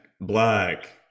black